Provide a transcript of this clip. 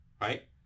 right